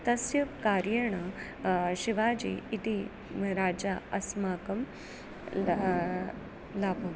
तस्य कार्येन शिवाजी इति राजा अस्माकं ला लब्धम्